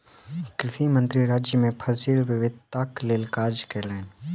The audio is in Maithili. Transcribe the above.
कृषि मंत्री राज्य मे फसिल विविधताक लेल काज कयलैन